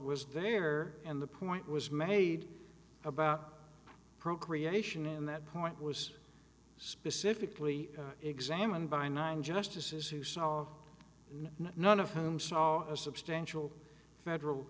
was there and the point was made about procreation and that point was specifically examined by nine justices who saw none of whom saw a substantial federal